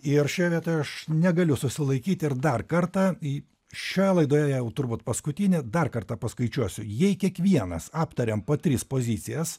ir šioje vietoje aš negaliu susilaikyti ir dar kartą į šioje laidoje jau turbūt paskutinė dar kartą paskaičiuosiu jei kiekvienas aptariam po tris pozicijas